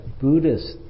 Buddhist